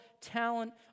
talent